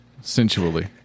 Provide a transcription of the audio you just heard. Sensually